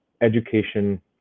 education